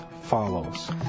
follows